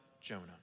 Jonah